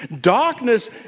Darkness